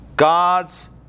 God's